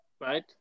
Right